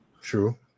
True